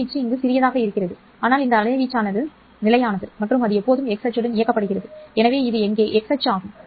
அலைவீச்சு சிறியது ஆனால் இந்த வீச்சு நிலையானது மற்றும் அது எப்போதும் x அச்சுடன் இயக்கப்படுகிறது எனவே இது இங்கே x அச்சு ஆகும்